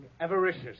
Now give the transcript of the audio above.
avaricious